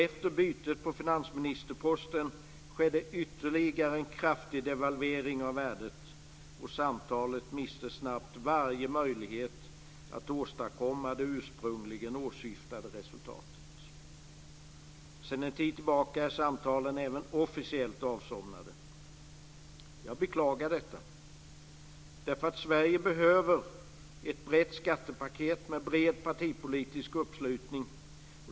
Efter bytet på finansministerposten skedde ytterligare en kraftig devalvering av värdet, och samtalen miste snabbt varje möjlighet att åstadkomma det ursprungligen åsyftade resultatet. Sedan en tid tillbaka är samtalen även officiellt avsomnade. Jag beklagar detta. Sverige behöver ett brett skattepaket med bred partipolitisk uppslutning.